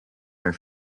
are